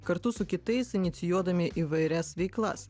kartu su kitais inicijuodami įvairias veiklas